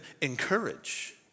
encourage